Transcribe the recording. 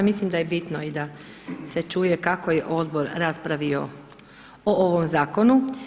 Mislim da je bitno i da se čuje kako je Odbor raspravio o ovom Zakonu.